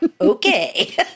okay